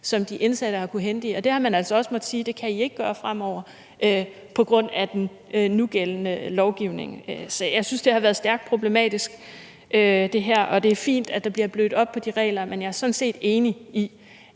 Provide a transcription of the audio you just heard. som de indsatte har kunnet handle i, og der har man altså også måttet sige, at det kan de ikke gøre fremover på grund af den nugældende lovgivning. Så jeg synes, det har været stærkt problematisk, og det er fint, at der bliver blødt op på de regler, men jeg er sådan set enig i,